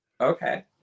Okay